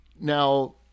Now